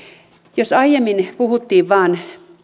jos aiemmin puhuttiin vain